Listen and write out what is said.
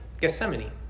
Gethsemane